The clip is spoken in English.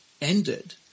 ended